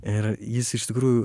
ir jis iš tikrųjų